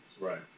Right